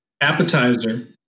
appetizer